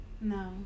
no